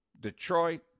Detroit